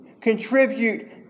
contribute